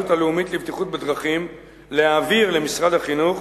הלאומית לבטיחות בדרכים להעביר למשרד החינוך